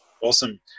Awesome